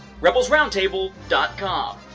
RebelsRoundtable.com